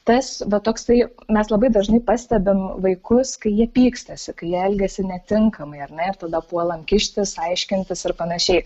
tas va toksai mes labai dažnai pastebim vaikus kai jie pykstasi kai jie elgiasi netinkamai ar ne ir tada puolam kištis aiškintis ir panašiai